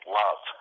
love